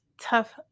tough